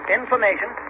information